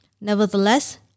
Nevertheless